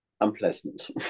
unpleasant